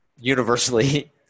universally